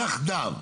יחדיו,